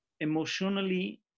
Emotionally